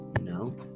No